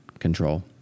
control